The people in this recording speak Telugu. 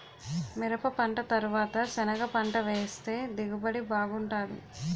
మిరపపంట తరవాత సెనగపంట వేస్తె దిగుబడి బాగుంటాది